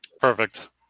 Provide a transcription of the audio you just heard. Perfect